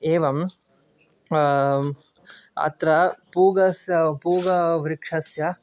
एवं अत्र पूगस्स पूगवृक्षस्य